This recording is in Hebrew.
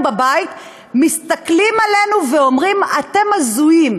בבית מסתכלים עלינו ואומרים: אתם הזויים,